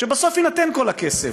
בסוף יינתן כל הכסף,